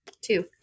two